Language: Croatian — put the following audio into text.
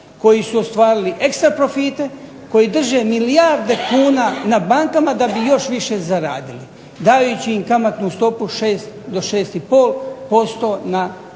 koji su ostvarili ekstra profite koji drže milijarde kuna na bankama da bi još više zaradili dajući im kamatnu stopu 6 do 6,5% na